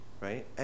right